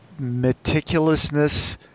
meticulousness